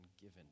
given